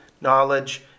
knowledge